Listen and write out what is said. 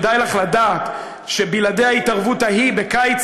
כדאי לך לדעת שבלעדי ההתערבות ההיא בקיץ